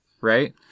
right